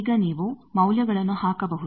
ಈಗ ನೀವು ಮೌಲ್ಯಗಳನ್ನು ಹಾಕಬಹುದು